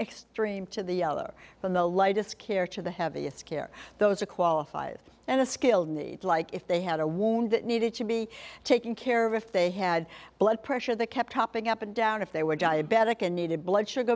extreme to the other from the lightest care to the heaviest care those are qualified and a skilled need like if they had a wound that needed to be taken care of if they had blood pressure that kept hopping up and down if they were diabetic and needed blood sugar